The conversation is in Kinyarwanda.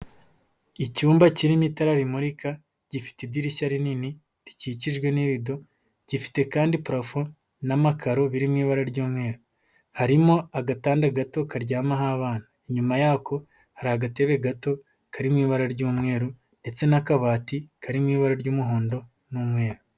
Icyumba kirimo itara rimurika, gifite idirishya rinini, rikikijwe n'irido, gifite kandi parafo n'amakaro biri mu ibara ry'umweru. Harimo agatanda gato karyamaho abana. Inyuma y'ako hari agatebe gato kari mu ibara ry'umweru ndetse n'akabati kari mu ibara ry'umuhondo n'umweru.